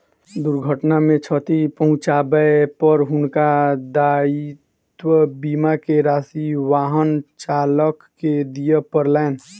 दुर्घटना मे क्षति पहुँचाबै पर हुनका दायित्व बीमा के राशि वाहन चालक के दिअ पड़लैन